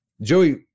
Joey